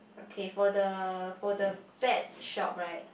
okay for the for the bet shop right